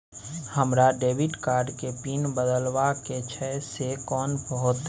हमरा debit card के pin बदलवा के छै से कोन होतै?